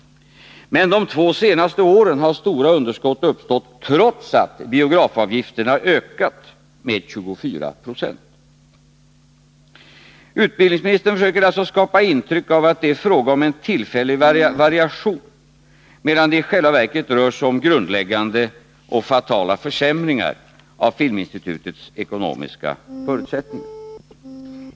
Men de två senaste åren har stora underskott uppstått trots att biografavgifterna har ökat med 24 96. Utbildningsministern försöker alltså skapa intrycket att det är fråga om en tillfällig variation, medan det i själva verket rör sig om grundläggande och fatala försämringar av Filminstitutets ekonomiska förutsättningar.